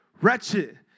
wretched